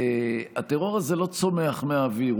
הטרור הזה לא צומח מהאוויר.